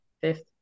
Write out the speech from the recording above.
Fifth